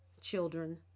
children